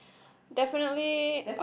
definitely